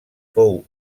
fou